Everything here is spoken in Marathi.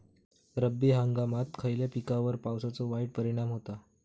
रब्बी हंगामात खयल्या पिकार पावसाचो वाईट परिणाम होता?